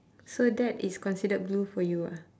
so that is considered blue for you ah